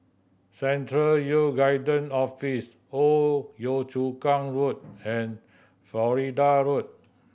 Central Youth Guidance Office Old Yio Chu Kang Road and Florida Road